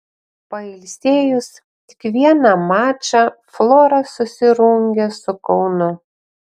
pailsėjus tik vieną mačą flora susirungia su kaunu